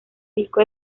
pico